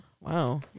Wow